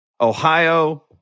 Ohio